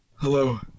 Hello